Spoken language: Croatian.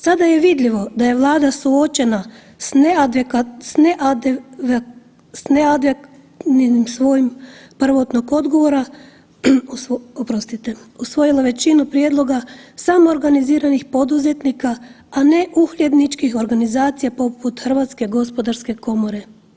Sad je vidljivo da je Vlada suočena s ... svojim prvotnog odgovora, oprostite, usvojila većinu prijedloga samoorganiziranih poduzetnika, a ne uhljebničkih organizacija poput Hrvatske gospodarske komore.